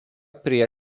prie